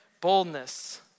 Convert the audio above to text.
Boldness